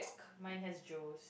mine has Joe's